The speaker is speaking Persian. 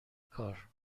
کار